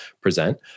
present